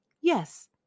Yes